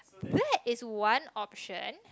that is one option